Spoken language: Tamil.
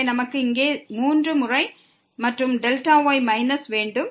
எனவே நமக்கு இங்கே 3 முறை மற்றும் Δy மைனஸ் வேண்டும்